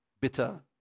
bitter